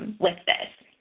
with this.